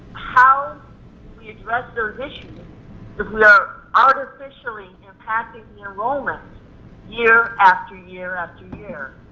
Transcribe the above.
how we address those issues if we are artificially impacting the enrollment year after year after year.